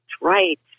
right